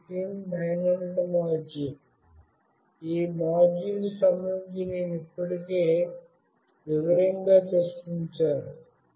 ఇది SIM900 module ఈ మాడ్యూల్కు సంబంధించి నేను ఇప్పటికే వివరంగా చర్చించాను